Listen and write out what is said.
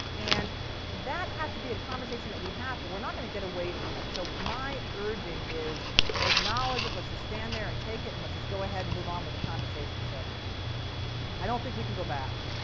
and that has to be a conversation that we have, but we're not going to get away from it. so my urging is acknowledge, let's just stand there and take it, and let's just go ahead and move on with the conversation. so i don't think we can go back.